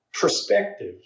perspective